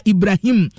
Ibrahim